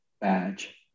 badge